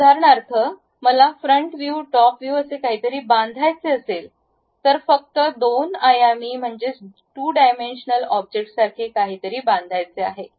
आणि उदाहरणार्थ मला फ्रंट व्ह्यू टॉप व्यू असे काहीतरी बांधायचे असेल तर फक्त २ आयामी म्हणजेच 2 डायमेन्शनल ऑब्जेक्ट सारखे काहीतरी बांधायचे आहे